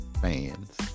fans